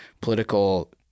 political